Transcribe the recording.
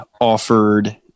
offered